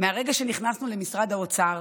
מהרגע שנכנסנו למשרד האוצר,